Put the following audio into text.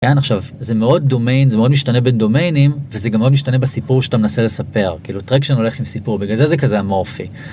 עכשיו זה מאוד דומיין זה מאוד משתנה בין דומיינים וזה גם מאוד משתנה בסיפור שאתה מנסה לספר כאילו traction הולך עם סיפור בגלל זה זה כזה המורפי.